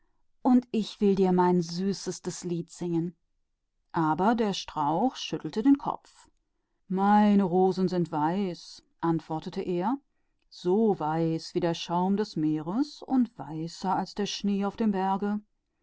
und ich will dir dafür mein süßestes lied singen aber der strauch schüttelte seinen kopf meine rosen sind weiß antwortete er so weiß wie der schaum des meeres und weißer als der schnee auf den bergen